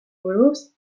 buruz